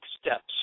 steps